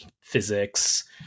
physics